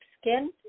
skin